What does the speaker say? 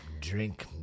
drink